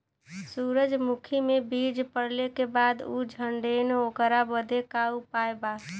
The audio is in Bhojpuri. सुरजमुखी मे बीज पड़ले के बाद ऊ झंडेन ओकरा बदे का उपाय बा?